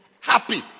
happy